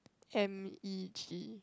m_e_t